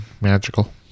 magical